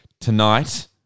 tonight